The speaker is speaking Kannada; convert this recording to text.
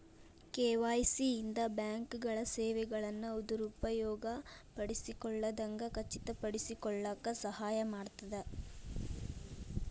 ಕೆ.ವಾಯ್.ಸಿ ಇಂದ ಬ್ಯಾಂಕ್ಗಳ ಸೇವೆಗಳನ್ನ ದುರುಪಯೋಗ ಪಡಿಸಿಕೊಳ್ಳದಂಗ ಖಚಿತಪಡಿಸಿಕೊಳ್ಳಕ ಸಹಾಯ ಮಾಡ್ತದ